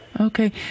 Okay